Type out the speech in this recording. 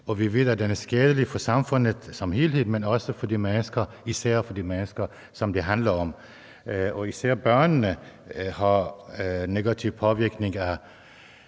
vi ved, at det er skadeligt for samfundet som helhed, men især for de mennesker, som det handler om. Og især børnene bliver negativt påvirket af